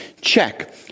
check